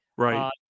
Right